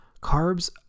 Carbs